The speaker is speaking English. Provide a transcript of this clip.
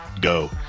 go